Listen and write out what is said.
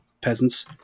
peasants